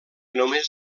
només